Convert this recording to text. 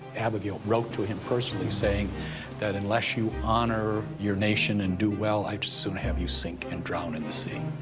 abigail wrote to him personally, saying that, unless you honor your nation and do well, i'd just as soon have you sink and drown in the sea.